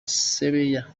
sebeya